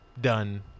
done